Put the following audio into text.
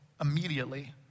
immediately